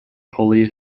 holy